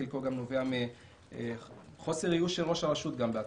חלקו נובע מחוסר איוש של ראש הרשות בעצמו.